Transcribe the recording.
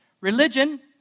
Religion